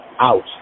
out